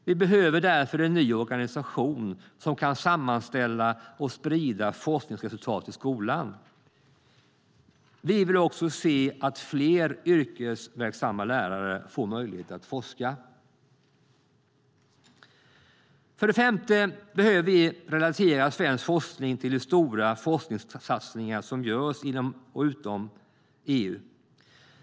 Vi behöver därför en ny organisation som kan sammanställa och sprida forskningsresultat till skolan. Vi vill också se att fler yrkesverksamma lärare får möjlighet att forska. För det femte behöver vi relatera svensk forskning till de stora forskningssatsningar som görs inom och utom EU.